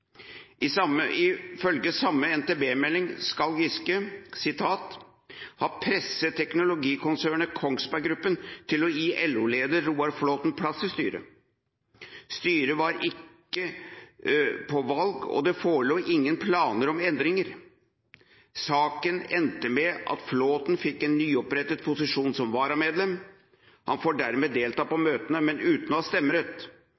Ifølge samme NTB-melding skal Giske «ha presset teknologikonsernet Kongsberg Gruppen til å gi LO-leder Roar Flåthen plass i styret. Styret var ikke på valg og det forelå ingen planer om endringer. Saken endte med at Flåthen fikk en nyopprettet posisjon som varamedlem. Han får dermed delta på møtene, men uten å ha